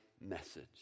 message